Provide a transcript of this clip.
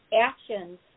actions –